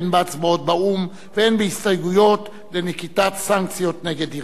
הן בהצבעות באו"ם והן בהתגייסות לנקיטת סנקציות נגד אירן.